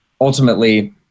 ultimately